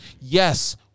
Yes